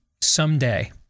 someday